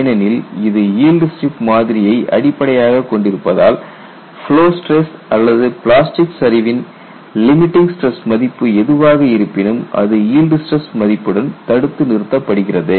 ஏனெனில் இது yield strip மாதிரியை அடிப்படையாகக் கொண்டிருப்பதால் ஃப்லோ ஸ்டிரஸ் அல்லது பிளாஸ்டிக் சரிவின் லிமிட்டிங் ஸ்டிரஸ் மதிப்பு எதுவாக இருப்பினும் அது ஈல்டு ஸ்டிரஸ் மதிப்புடன் தடுத்து நிறுத்தப்படுகிறது